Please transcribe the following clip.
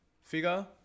figure